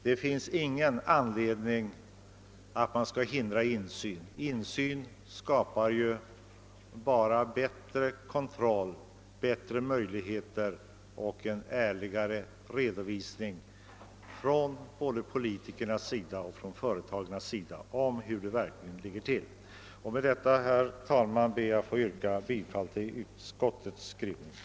Det finns ingen anledning att hindra insyn. Insyn skapar bara bättre kontroll, bättre möjligheter och en ärligare redovisning från politikernas och företagens sida av hur det verkligen ligger till. Med detta, herr talman, ber jag att få yrka bifall till utskottets hemställan.